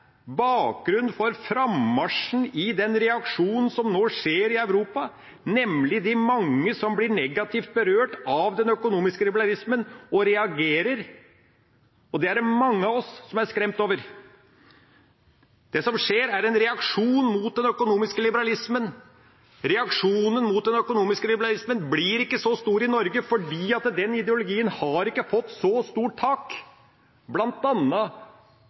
bakgrunnen for frammarsjen i den reaksjon som nå skjer i Europa, nemlig de mange som blir negativt berørt av den økonomiske liberalismen, og som reagerer. Det er det mange av oss som er skremt av. Det som skjer, er en reaksjon mot den økonomiske liberalismen. Reaksjonen mot den økonomiske liberalismen blir ikke så stor i Norge fordi den ideologien ikke har fått så sterkt tak,